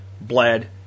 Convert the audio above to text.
bled